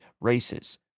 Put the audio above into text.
races